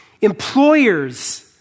employers